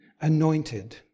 anointed